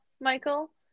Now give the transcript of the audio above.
michael